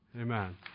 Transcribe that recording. Amen